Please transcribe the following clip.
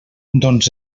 doncs